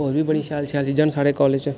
होर बी बड़ी शैल शैल चीजां न साढ़े कॉलेज च